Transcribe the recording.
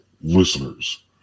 listeners